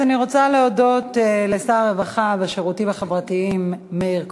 אז אני רוצה להודות לשר הרווחה והשירותים החברתיים מאיר כהן,